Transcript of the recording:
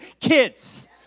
kids